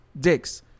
dicks